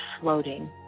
floating